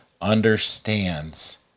understands